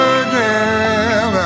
again